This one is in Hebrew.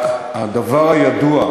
רק הדבר הידוע,